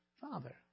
Father